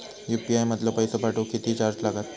UPI मधलो पैसो पाठवुक किती चार्ज लागात?